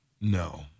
No